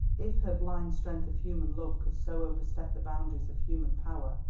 if her blind strength of human love could so overstep the boundaries of human power,